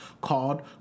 called